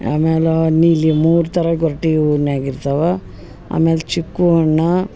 ಆಮ್ಯಾಲೆ ನೀಲಿ ಮೂರು ಥರ ಗೊರ್ಟೆ ಹೂವಿನ್ಯಾಗ ಇರ್ತಾವೆ ಆಮ್ಯಾಲೆ ಚಿಕ್ಕು ಹಣ್ಣ